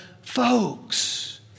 folks